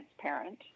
transparent